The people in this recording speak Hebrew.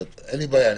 אין לי בעיה,